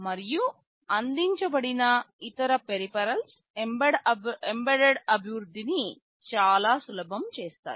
మరియు అందించబడిన ఇతర పెరిఫెరల్స్ ఎంబెడెడ్ అభివృద్ధిని చాలా సులభం చేస్తాయి